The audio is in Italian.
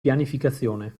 pianificazione